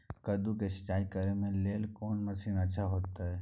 कद्दू के सिंचाई करे के लेल कोन मसीन अच्छा होय है?